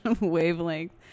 wavelength